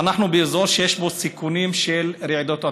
אנחנו באזור שיש בו סיכונים של רעידות אדמה.